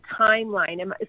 timeline